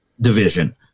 division